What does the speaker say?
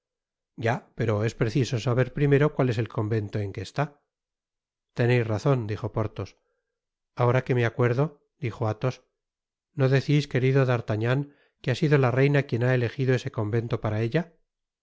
ya pero es preciso saber primero cual es el convento en que está teneis razon dijo porthos ahora que me acuerdo dijo athos no decis querido d'artagnan que ha sido la reina quien ha elegido ese convento para ella